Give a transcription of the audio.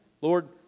Lord